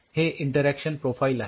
हे interaction profile आहे